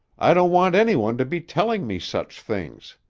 i don't want any one to be telling me such things.